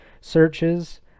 searches